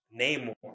Namor